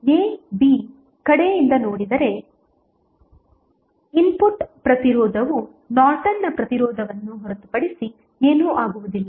ಆದ್ದರಿಂದ ನೀವು ab ಕಡೆಯಿಂದ ನೋಡಿದರೆ ಇನ್ಪುಟ್ ಪ್ರತಿರೋಧವು ನಾರ್ಟನ್ನ ಪ್ರತಿರೋಧವನ್ನು ಹೊರತುಪಡಿಸಿ ಏನೂ ಆಗುವುದಿಲ್ಲ